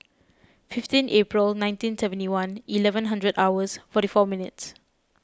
fifteen April nineteen seventy one eleven hundred hours forty four minutes